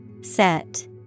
Set